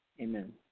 Amen